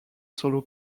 solo